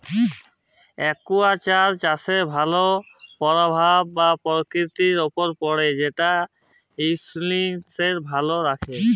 aquaculture চাষের ভালো পরভাব পরকিতির উপরে পড়ে যেট ইকসিস্টেমকে ভালো রাখ্যে